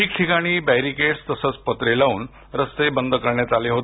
ठिकठिकाणी बॅरिकेट्स तसंच पत्रे लावून रस्ते बंद करण्यात आले आहेत